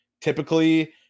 typically